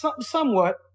somewhat